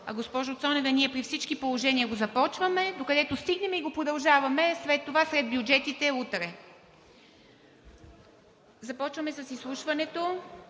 Госпожо Цонева, ние при всички положения го започваме, докъдето стигнем и го продължаваме след бюджетите утре. Започваме с изслушването: